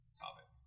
topic